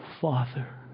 Father